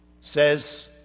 says